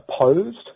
opposed